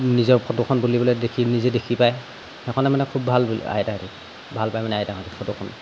নিজৰ ফটোখন বুলিবলৈ দেখি নিজে দেখি পায় সেইখনে মানে খুব ভাল বোলে আইতাহঁতে ভাল পায় মানে আইতাহঁতে ফটোখন